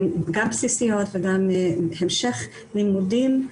גם בסיסיות וגם המשך לימודים,